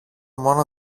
μόνο